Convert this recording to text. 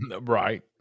right